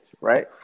right